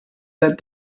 that